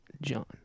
John